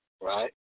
Right